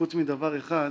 חוץ מדבר אחד,